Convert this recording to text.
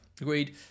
agreed